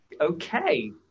okay